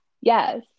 Yes